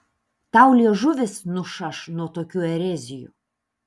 tau liežuvis nušaš nuo tokių erezijų